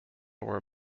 were